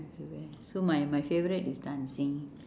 so my my favourite is dancing